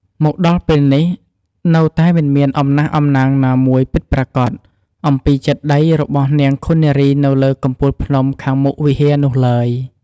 មកដល់ពេលនេះនៅតែមិនមានអំណះអំណាងណាមួយពិតប្រាកដ អំពីចេតិយរបស់នាងឃុននារីនៅលើកំពូលភ្នំខាងមុខវិហារនោះឡើយ។